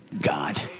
God